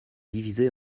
divisée